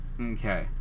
okay